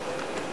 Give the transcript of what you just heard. נתקבלה.